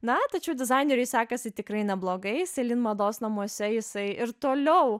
na tačiau dizaineriui sekasi tikrai neblogai selin mados namuose jisai ir toliau